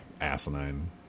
asinine